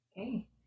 Okay